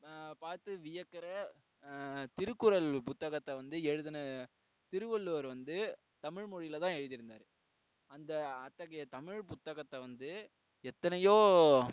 பார்த்து வியக்கிற திருக்குறள் புத்தகத்தை வந்து எழுதின திருவள்ளுவர் வந்து தமிழ் மொழியில் தான் எழுதியிருந்தாரு அந்த அத்தகைய தமிழ் புத்தகத்தை வந்து எத்தனையோ